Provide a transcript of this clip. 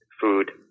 food